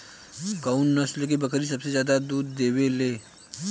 कउन नस्ल के बकरी सबसे ज्यादा दूध देवे लें?